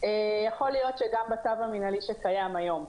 יכול להיות שגם בצו המינהלי שקיים היום.